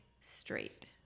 straight